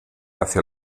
hacia